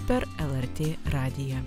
per lrt radiją